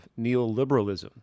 neoliberalism